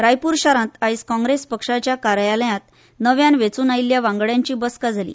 रायपुर हांका आयज काँग्रेस पक्षाच्या कार्यालयांत नव्यान वेंचून आयिल्ल्या आमदारांची बसका जाली